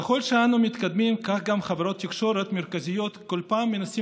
ככל שאנו מתקדמים כך גם חברות תקשורת מרכזיות כל פעם מנסות